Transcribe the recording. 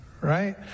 right